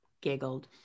giggled